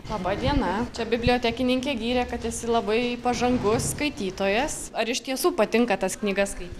laba diena čia bibliotekininkė gyrė kad esi labai pažangus skaitytojas ar iš tiesų patinka tas knygas skaity